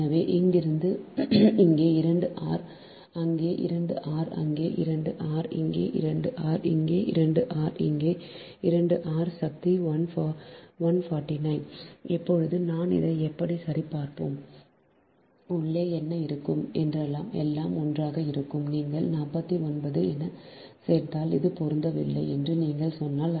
எனவே இங்கிருந்து இங்கே 2 ஆர் இங்கே 2 ஆர் இங்கே 2 ஆர் இங்கே 2 ஆர் இங்கே 2 ஆர் இங்கே 2 ஆர் சக்தி 1 49 இப்போது நாம் அதை எப்படிச் சரிபார்ப்போம் உள்ளே என்ன இருக்கும் எல்லாம் ஒன்றாக இருக்கும் நீங்கள் 49 எனச் சேர்த்தால் இது பொருந்தவில்லை என்று நீங்கள் சொன்னால்